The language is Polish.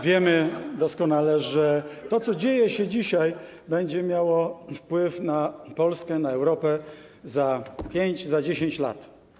Wiemy doskonale, że to, co dzieje się dzisiaj, będzie miało wpływ na Polskę, na Europę za 5, za 10 lat.